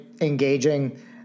engaging